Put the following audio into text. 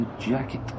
jacket